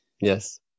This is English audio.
Yes